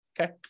Okay